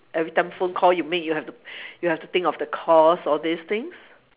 every time phone call you make you have to you have to think of the costs all these things